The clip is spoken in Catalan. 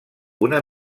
una